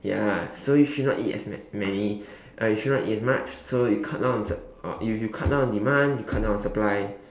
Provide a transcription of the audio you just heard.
ya so you should not eat as ma~ many uh you should not eat as much so you cut down on sup~ uh you you cut down on demand you cut down on supply